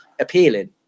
appealing